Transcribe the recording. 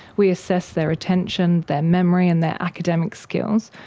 we assess their attention, their memory and their academic skills,